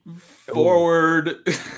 forward